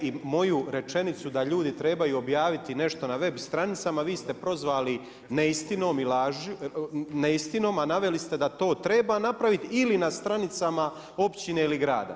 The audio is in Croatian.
I moju rečenicu da ljudi trebaju objaviti nešto na web stranicama, vi ste prozvali neistinom a naveli ste da to treba napraviti ili na stranicama općine ili grada.